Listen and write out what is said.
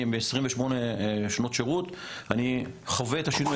ב-28 שנות שירות אני חווה את השירות